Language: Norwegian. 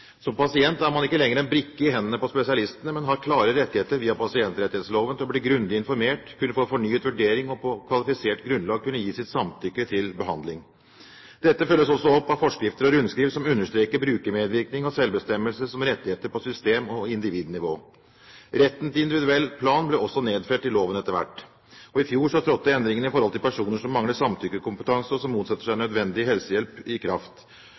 Som pasient er man ikke lenger en brikke i hendene på spesialistene, men har klare rettigheter via pasientrettighetsloven til å bli grundig informert, kunne få fornyet vurdering og på kvalifisert grunnlag kunne gi sitt samtykke til behandling. Dette følges også opp av forskrifter og rundskriv som understreker brukermedvirkning og selvbestemmelse som rettigheter på system- og individnivå. Retten til individuell plan ble også nedfelt i loven etter hvert. I fjor trådte endringen for personer som mangler samtykkekompetanse, og som motsetter seg nødvendig helsehjelp, i kraft.